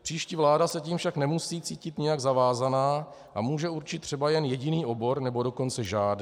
Příští vláda se tím však nemusí cítit nijak zavázána a může určit třeba jen jediný obor, nebo dokonce žádný.